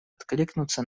откликнуться